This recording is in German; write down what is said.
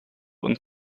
und